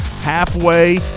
halfway